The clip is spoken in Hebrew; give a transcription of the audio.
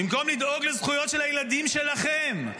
במקום לדאוג לזכויות של הילדים שלכם,